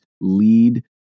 lead